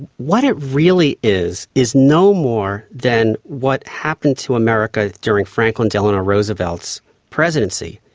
what it really is is no more than what happened to america during franklin delano roosevelt's presidency,